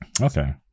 okay